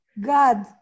God